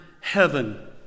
heaven